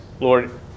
Lord